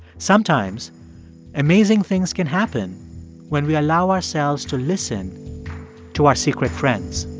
sometimes amazing things can happen when we allow ourselves to listen to our secret friends